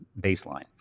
baseline